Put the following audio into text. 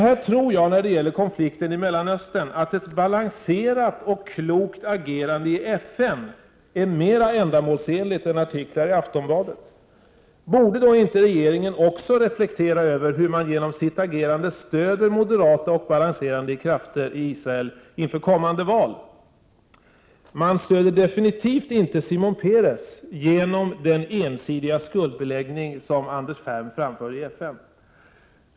När det gäller konflikten i Mellanöstern tror jag att ett balanserat och klokt agerande i FN är mera ändamålsenligt än artiklar i Aftonbladet. Borde då inte regeringen också reflektera över hur man genom sitt agerande kan stödja moderata och balanserande krafter i Israel inför kommande val? Man stöder definitivt inte Shimon Peres genom den ensidiga skuldbeläggning som Anders Ferm framförde i FN.